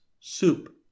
soup